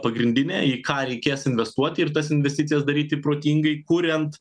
pagrindinė į ką reikės investuoti ir tas investicijas daryti protingai kuriant